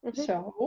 but so